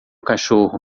cachorro